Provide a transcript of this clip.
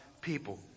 people